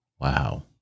Wow